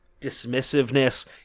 dismissiveness